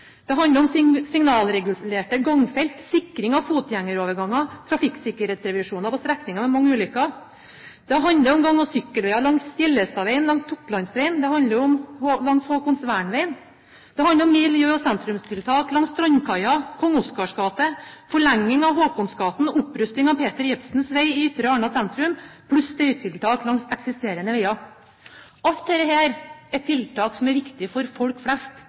Det handler om signalregulerte gangfelt, sikring av fotgjengeroverganger og trafikksikkerhetsrevisjoner på strekninger med mange ulykker. Det handler om gang- og sykkelveier langs Hjellestadveien, langs Totlandsveien, langs Haakonsvernveien. Det handler om miljø- og sentrumstiltak langs Strandkaien, Kong Oscars gate, forlenging av Håkonsgaten og opprusting av Peter Jebsens vei i Ytre Arna sentrum, pluss støytiltak langs eksisterende veier. Alt dette er tiltak som er viktige for folk flest